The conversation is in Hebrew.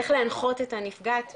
איך להנחות את הנפגעת,